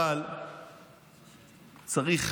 אבל צריך